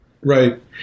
Right